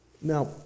Now